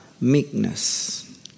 meekness